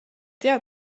tea